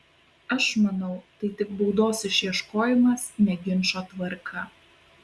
aš manau tai tik baudos išieškojimas ne ginčo tvarka